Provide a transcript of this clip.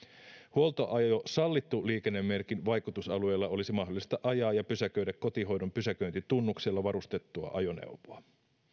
huoltoajo sallittu liikennemerkin vaikutusalueella olisi mahdollista ajaa ja pysäköidä kotihoidon pysäköintitunnuksella varustettua ajoneuvoa